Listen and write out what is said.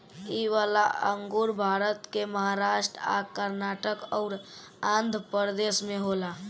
इ वाला अंगूर भारत के महाराष्ट् आ कर्नाटक अउर आँध्रप्रदेश में होला